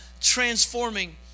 transforming